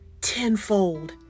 tenfold